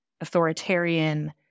authoritarian